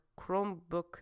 Chromebook